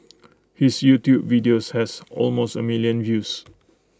his YouTube video has almost A million views